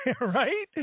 Right